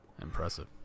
Impressive